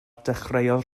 dechreuodd